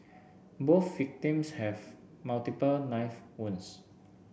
both victims had multiple knife wounds